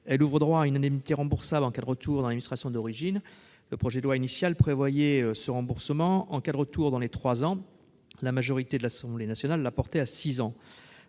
Elle ouvre droit à une indemnité remboursable en cas de retour dans l'administration d'origine. La version initiale du texte prévoyait ce remboursement en cas de retour dans les trois ans ; la majorité de l'Assemblée nationale a porté ce délai